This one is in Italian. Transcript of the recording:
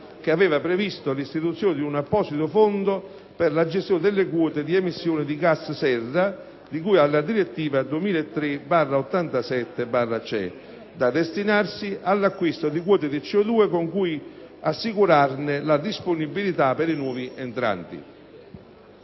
che aveva previsto l'istituzione di un apposito Fondo per la gestione delle quote di emissione di gas serra di cui alla direttiva 2003/87/CE, da destinarsi all'acquisto di quote di CO2 con cui assicurarne la disponibilità per i nuovi entranti.